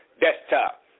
desktop